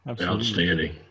Outstanding